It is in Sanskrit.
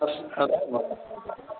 अस्तु अस्तु महोदय